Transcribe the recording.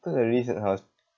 took a risk and was